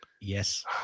yes